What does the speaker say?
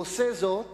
הוא עושה זאת,